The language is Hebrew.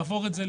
לעבור את זה,